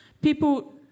people